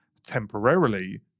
temporarily